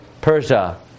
Persia